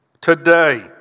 today